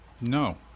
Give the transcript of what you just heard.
No